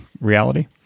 reality